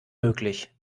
möglich